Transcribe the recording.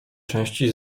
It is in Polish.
części